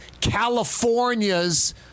California's